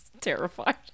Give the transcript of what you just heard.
terrified